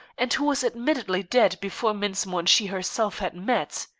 and who was admittedly dead before mensmore and she herself had met.